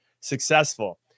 successful